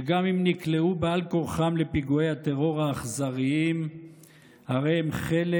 שגם אם נקלעו בעל כורחם לפיגועי הטרור האכזריים הרי הם חלק